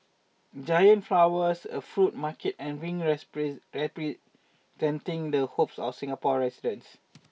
giant flowers a fruit market and rings representing the hopes of Singapore residents